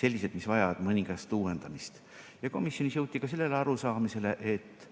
sellised, mis vajavad mõningast uuendamist. Komisjonis jõuti ka sellele arusaamisele, et